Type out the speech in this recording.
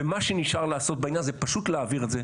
מה שנשאר לעשות בעניין זה פשוט להעביר את זה.